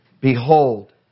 Behold